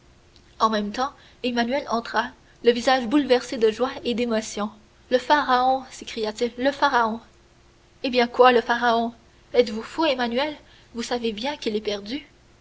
en même temps emmanuel entra le visage bouleversé de joie et d'émotion le pharaon s'écria-t-il le pharaon eh bien quoi le pharaon êtes-vous fou emmanuel vous savez bien qu'il est perdu